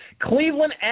Cleveland